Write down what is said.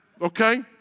okay